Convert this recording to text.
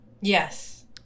yes